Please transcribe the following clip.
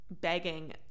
begging